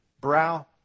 brow